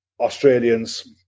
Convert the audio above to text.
Australians